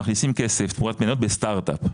מכניסים כסף תמורת מניות בסטארט אפ,